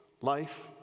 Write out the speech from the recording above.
life